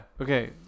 Okay